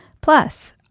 Plus